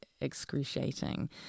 excruciating